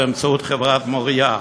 באמצעות חברת "מוריה".